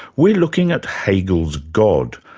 we're looking at hegel's god,